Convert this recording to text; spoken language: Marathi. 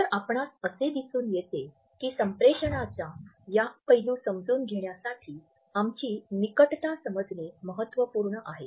तर आपणास असे दिसून येते की संप्रेषणाच्या या पैलू समजून घेण्यासाठी आमची निकटता समजणे महत्त्वपूर्ण आहे